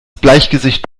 bleichgesicht